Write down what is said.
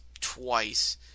twice